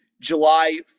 july